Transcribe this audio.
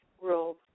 rules